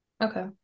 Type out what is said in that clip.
Okay